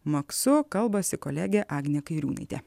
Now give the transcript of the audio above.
maksu kalbasi kolegė agnė kairiūnaitė